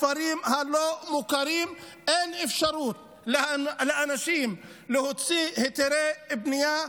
בכפרים הלא-מוכרים אין אפשרות לאנשים להוציא היתרי בנייה.